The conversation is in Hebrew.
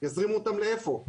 יזרימו אותם לאיפה?